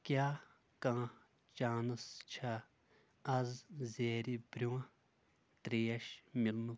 کیٛاہ کانٛہہ چانس چھا اَز زیرِ برٛونٛہہ ترٛیش مِلنُک